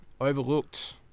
Overlooked